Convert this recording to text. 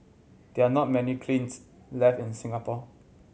there are not many kilns left in Singapore